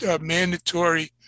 mandatory